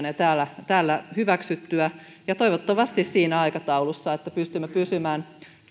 ja täällä täällä hyväksyttyä ja toivottavasti siinä aikataulussa että pystymme pysymään